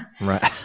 Right